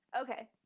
Okay